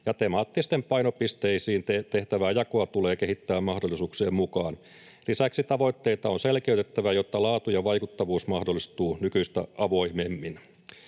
ja temaattisiin painopisteisiin tehtävää jakoa tulee kehittää mahdollisuuksien mukaan. Lisäksi tavoitteita on selkeytettävä, jotta laatu ja vaikuttavuus mahdollistuvat nykyistä avoimemmin.